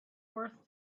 worth